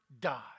die